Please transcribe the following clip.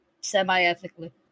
semi-ethically